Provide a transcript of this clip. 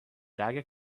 dagger